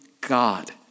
God